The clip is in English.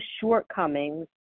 shortcomings